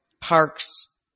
parks